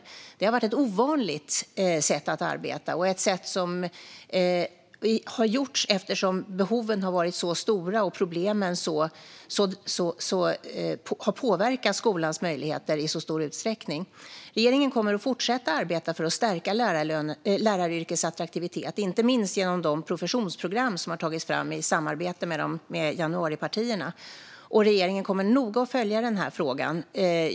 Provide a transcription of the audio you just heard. Detta har varit ett ovanligt sätt att arbeta, men det har gjorts eftersom behoven varit stora och problemen har påverkat skolans möjligheter i stor utsträckning. Regeringen kommer att fortsätta att arbeta för att stärka läraryrkets attraktivitet, inte minst genom de professionsprogram som har tagits fram i samarbete med januaripartierna. Regeringen kommer att följa denna fråga noga.